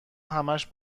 همش